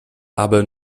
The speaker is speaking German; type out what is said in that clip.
aber